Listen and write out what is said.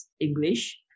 English